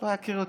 לא אקריא אותו.